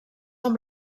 amb